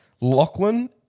Lachlan